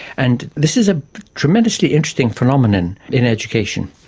and this is a tremendously interesting phenomenon in education.